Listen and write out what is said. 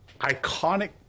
iconic